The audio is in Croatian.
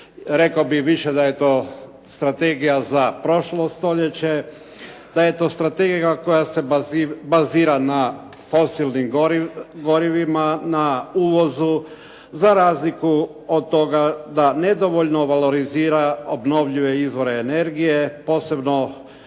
Rekao bih više da je to strategija za prošlo stoljeće, da je to strategija koja se bazira na fosilnim gorivima, na uvozu za razliku od toga da nedovoljno valorizira obnovljive izvore energije, posebno